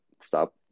stop